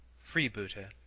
freebooter,